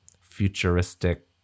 futuristic